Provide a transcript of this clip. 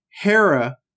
Hera